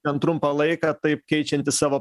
per trumpą laiką taip keičianti savo